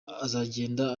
azagenda